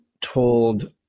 told